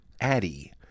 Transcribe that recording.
Addie